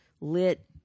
lit